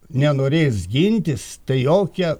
nenorės gintis tai jokia